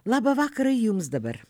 labą vakarą jums dabar